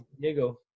Diego